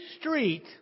street